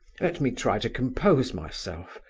let me try to compose myself,